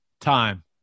time